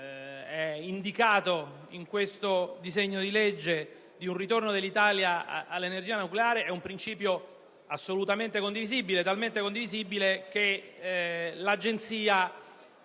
indicato in questo disegno di legge di un ritorno dell'Italia all'energia nucleare, è assolutamente condivisibile, talmente condivisibile che l'Agenzia